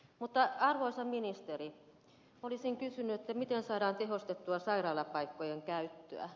mutta arvoisa ministeri olisin kysynyt miten saadaan tehostettua sairaalapaikkojen käyttöä